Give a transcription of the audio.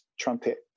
trumpet